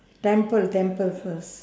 temple temple first